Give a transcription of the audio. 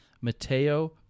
Mateo